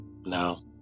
Now